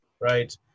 right